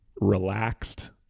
relaxed